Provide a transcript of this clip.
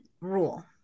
rule